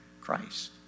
Christ